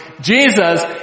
Jesus